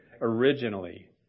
originally